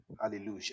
Hallelujah